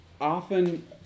often